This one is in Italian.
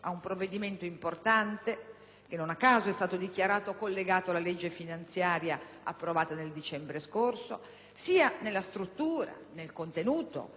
- non a caso è stato dichiarato collegato alla legge finanziaria approvata nel dicembre scorso - sia nella struttura e nel contenuto che nelle finalità più generali.